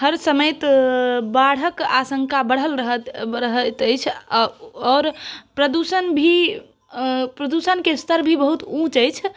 हर समय बाढ़िक आशंका बनल रहैत अछि आओर प्रदूषण भी प्रदूषण के स्तर भी बहुत ऊँच अछि